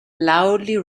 loudly